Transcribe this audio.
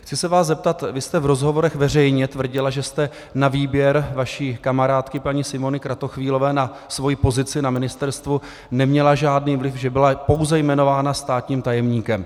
Chci se vás zeptat: vy jste v rozhovorech veřejně tvrdila, že jste na výběr vaší kamarádky paní Simony Kratochvílové na svoji (?) pozici na Ministerstvu neměla žádný vliv, že byla pouze jmenována státním tajemníkem.